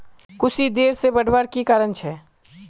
कुशी देर से बढ़वार की कारण छे?